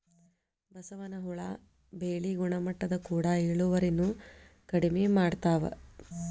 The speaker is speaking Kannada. ಬಸವನ ಹುಳಾ ಬೆಳಿ ಗುಣಮಟ್ಟದ ಕೂಡ ಇಳುವರಿನು ಕಡಮಿ ಮಾಡತಾವ